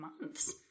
months